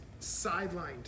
sidelined